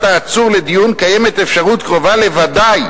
העצור לדיון קיימת אפשרות קרובה לוודאי"